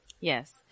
Yes